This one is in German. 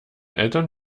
eltern